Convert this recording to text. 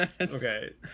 Okay